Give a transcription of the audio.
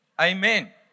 amen